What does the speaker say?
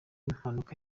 mpanuka